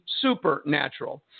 supernatural